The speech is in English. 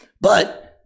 But-